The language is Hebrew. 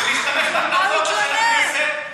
על מה הוא מתלונן?